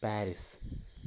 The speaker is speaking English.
Paris